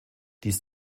dies